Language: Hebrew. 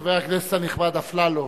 חבר הכנסת הנכבד, אפללו.